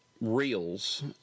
reels